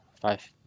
five